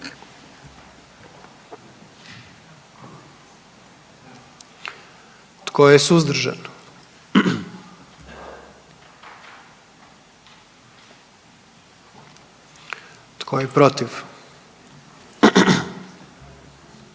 Tko je suzdržan? I tko je protiv?